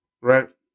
Right